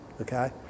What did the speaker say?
okay